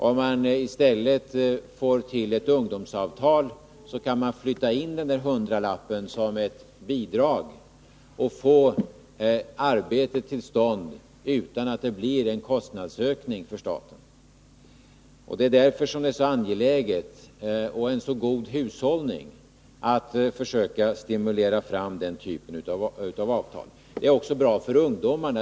Om man i stället får ett ungdomsavtal, så kan man flytta in den där hundralappen som ett bidrag och få arbete till stånd utan att det blir en kostnadsökning för staten. Det är därför som det är så angeläget — och en så god hushållning — att försöka stimulera fram den typen av avtal. Det är bra för ungdomarna.